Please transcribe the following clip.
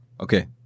Okay